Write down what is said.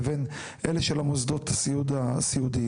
לבין אלה של המוסדות הסיעודיים,